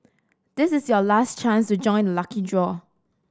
this is your last chance to join the lucky draw